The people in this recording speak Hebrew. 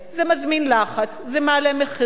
זה מזמין לחץ, זה מעלה מחירים.